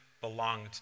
belonged